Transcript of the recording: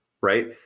right